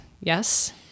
Yes